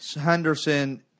Henderson